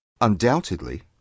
undoubtedly